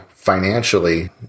financially